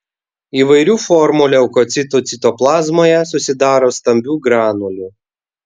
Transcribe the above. įvairių formų leukocitų citoplazmoje susidaro stambių granulių